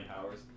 powers